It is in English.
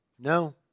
No